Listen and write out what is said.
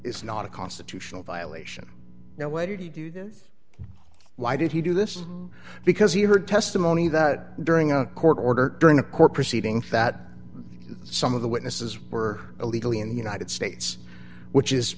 is not a constitutional violation now why did he do this why did he do this because he heard testimony that during a court order during a court proceeding that some of the witnesses were illegally in the united states which is